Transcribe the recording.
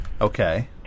Okay